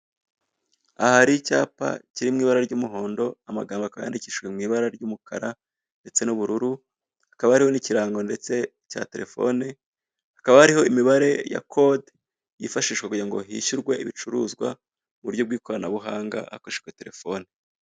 Aha hari icyapa kiri mu ibara ry'umuhondo, amagambo akaba yanditse mu ibara ry'umukara ndetse n'ubururu hakaba hariho n'ikirango ndetse cya telefone, hakaba hariho imibare ya kode yifashishwa kugira ngo hishyurwe ibicuruzwa mu buryo bw'ikoranabuhanga hakoreshejwe terefone.